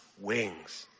wings